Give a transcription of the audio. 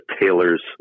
tailors